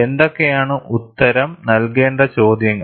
എന്തൊക്കെയാണ് ഉത്തരം നൽകേണ്ട ചോദ്യങ്ങൾ